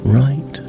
right